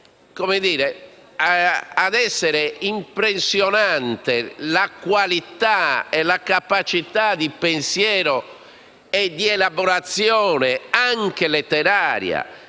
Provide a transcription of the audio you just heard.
morte. È quindi impressionante la qualità e la capacità di pensiero e di elaborazione, anche letteraria,